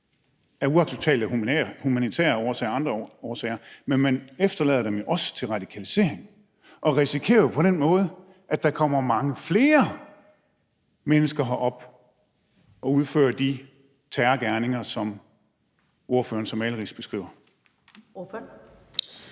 er uacceptabelt af humanitære og andre årsager, men man efterlader dem også til radikalisering, og man risikerer jo på den måde, at der kommer mange flere mennesker herop og udfører de terrorgerninger, som ordføreren så malerisk beskriver. Kl.